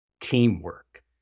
teamwork